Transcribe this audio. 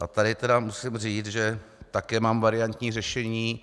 A tady tedy musím říct, že také mám variantní řešení.